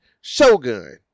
Shogun